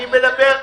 אני מדבר.